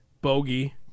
Bogey